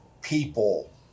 people